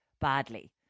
badly